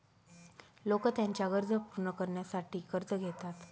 लोक त्यांच्या गरजा पूर्ण करण्यासाठी कर्ज घेतात